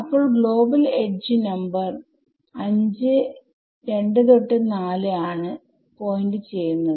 അപ്പോൾ global edge number 52 to 4 ആണ് point ചെയ്യുന്നത്